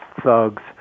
thugs